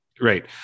Right